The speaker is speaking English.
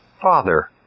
Father